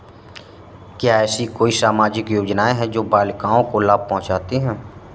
क्या ऐसी कोई सामाजिक योजनाएँ हैं जो बालिकाओं को लाभ पहुँचाती हैं?